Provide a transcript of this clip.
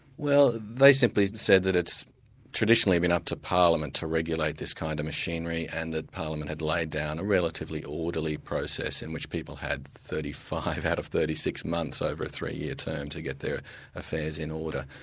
well they simply said that it's traditionally been up to parliament to regulate this kind of machinery and that parliament had laid down a relatively orderly process in which people had thirty five out of thirty six months over a three-year term to get their affairs in order.